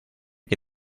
che